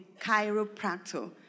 chiropractor